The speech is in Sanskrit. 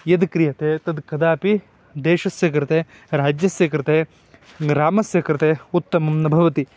यद् क्रियते तद् कदापि देशस्य कृते राज्यस्य कृते ग्रामस्य कृते उत्तमं न भवति